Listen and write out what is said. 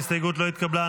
ההסתייגות לא התקבלה.